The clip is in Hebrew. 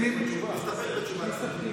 נסתפק בתשובתו.